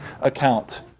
account